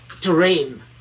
terrain